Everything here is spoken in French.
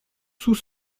sous